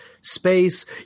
space